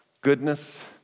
goodness